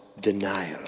denial